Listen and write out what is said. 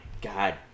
god